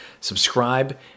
subscribe